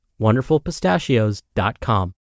wonderfulpistachios.com